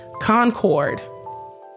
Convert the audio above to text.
concord